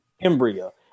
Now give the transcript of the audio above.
embryo